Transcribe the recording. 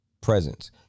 presence